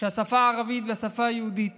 שהשפה הערבית והשפה היהודית